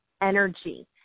energy